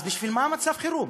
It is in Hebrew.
אז בשביל מה מצב חירום?